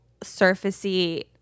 surfacey